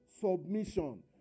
submission